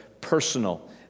personal